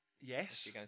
Yes